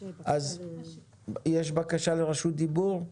יש בקשה לרשות דיבור.